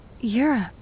Europe